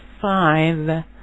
five